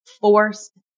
forced